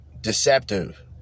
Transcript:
deceptive